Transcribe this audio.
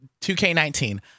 2k19